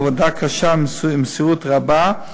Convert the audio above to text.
בעבודה קשה ובמסירות רבה,